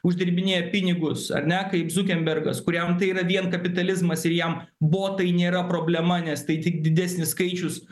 uždirbinėja pinigus ar ne kaip zukenbergas kuriam tai yra vien kapitalizmas ir jam botai nėra problema nes tai tik didesnis skaičius